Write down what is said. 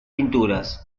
pinturas